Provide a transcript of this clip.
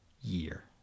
year